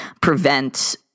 prevent